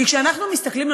כי כשאנחנו מסתכלים,